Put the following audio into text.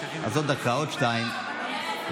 התשפ"ג 2023,